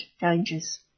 dangers